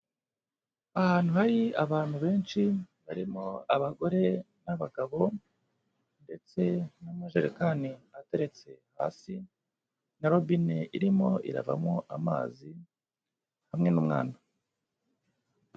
Ahantu hari abantu benshi barimo abagore n'abagabo ndetse n'amajerekani ateretse hasi na robine irimo iravamo amazi hamwe n'umwana.